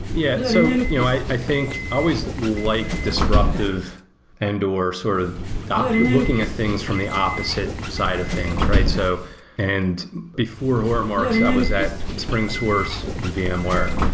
yeah. so you know i think i always like disruptive and or sort of looking at things from the opposite side of things, right? so and before hortonworks, i was at springsource and vmware.